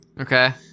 Okay